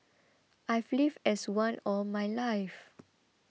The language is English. I've lived as one all my life